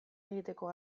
egiteko